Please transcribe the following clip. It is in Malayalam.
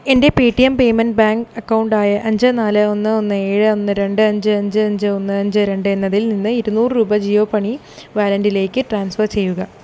എൻ്റെ പേയ്ടിഎം പേയ്മെൻറ്റ് ബാങ്ക് അക്കൗണ്ട് ആയ അഞ്ച് നാല് ഒന്ന് ഒന്ന് ഏഴ് ഒന്ന് രണ്ട് അഞ്ച് അഞ്ച് അഞ്ച് ഒന്ന് അഞ്ച് രണ്ട് എന്നതിൽ നിന്ന് ഇരുന്നൂറ് രൂപ ജിയോമണി വാലൻ്റിലേക്ക് ട്രാൻസ്ഫർ ചെയ്യുക